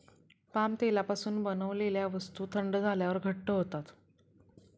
palm तेलापासून बनवलेल्या वस्तू थंड झाल्यावर घट्ट होतात